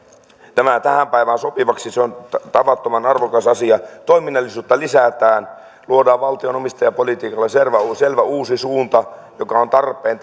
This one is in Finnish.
tähän päivään sopivaksi se on tavattoman arvokas asia toiminnallisuutta lisätään luodaan valtion omistajapolitiikalle selvä uusi selvä uusi suunta joka on tarpeen